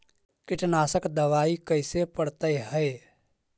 कीटनाशक दबाइ कैसे पड़तै है?